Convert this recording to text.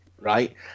right